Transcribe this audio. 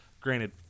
granted